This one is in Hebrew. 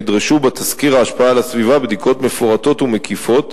נדרשו בתסקיר ההשפעה על הסביבה בדיקות מפורטות ומקיפות,